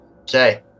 Okay